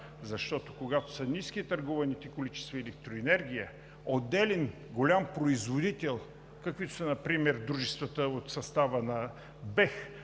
защото когато са ниски търгуваните количества електроенергия, отделен голям производител, каквито са например дружествата от състава на БЕХ